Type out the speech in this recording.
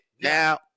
now